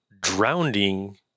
drowning